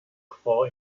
geval